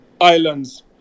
islands